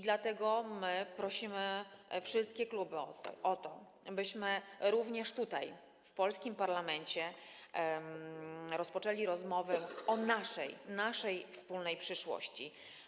Dlatego prosimy wszystkie kluby o to, byśmy również tutaj, w polskim parlamencie, rozpoczęli rozmowy o naszej wspólnej przyszłości.